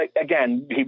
again